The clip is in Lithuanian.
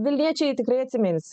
vilniečiai tikrai atsimins